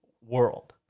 world